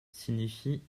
signifie